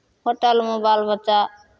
होटलमे बाल बच्चा